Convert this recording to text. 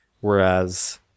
whereas